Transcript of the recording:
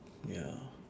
ya